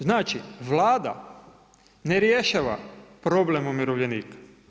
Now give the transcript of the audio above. Znači, Vlada, ne rješava problem umirovljenika.